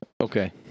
okay